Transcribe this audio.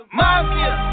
mafia